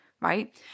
right